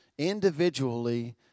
Individually